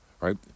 Right